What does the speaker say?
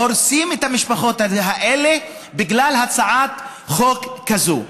הורסים את המשפחות האלה בגלל הצעת חוק כזו.